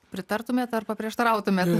pritartumėt ar paprieštarautumėt